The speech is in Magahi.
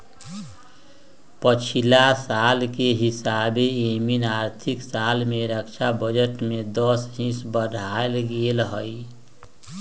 पछिला साल के हिसाबे एमकि आर्थिक साल में रक्षा बजट में दस हिस बढ़ायल गेल हइ